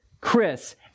Chris